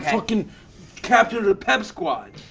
fucking captain of the pep squad.